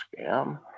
scam